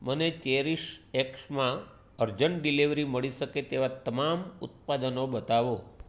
મને ચેરીશએક્સમાં urgent delivery મળી શકે તેવાં તમામ ઉત્પાદનો બતાવો